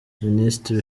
minisitiri